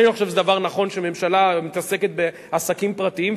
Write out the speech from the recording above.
אני לא חושב שזה דבר נכון שממשלה מתעסקת בעסקים פרטיים,